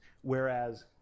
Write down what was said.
Whereas